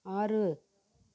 ஆறு